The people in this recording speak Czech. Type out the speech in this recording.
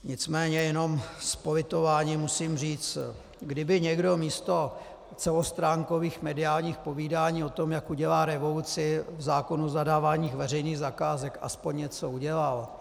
Nicméně jenom s politováním musím říct kdyby někdo místo celostránkových mediálních povídání o tom, jak udělá revoluci v zákonu o zadávání veřejných zakázek, aspoň něco udělal...